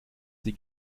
sie